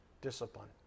discipline